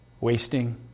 Wasting